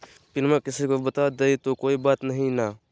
पिनमा किसी को बता देई तो कोइ बात नहि ना?